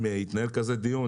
אם יתנהל כזה דיון,